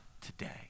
today